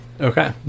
Okay